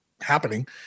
happening